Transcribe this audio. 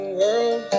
world